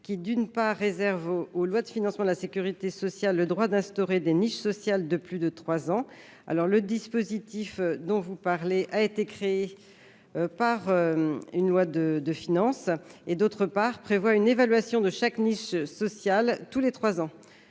qui, d'une part, réserve aux lois de financement de la sécurité sociale le droit d'instaurer des niches sociales de plus de trois ans- le dispositif, dont il est question ici, a été créé par une loi de finances -et qui, d'autre part, prévoit une évaluation de chaque niche sociale sur une base